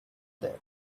there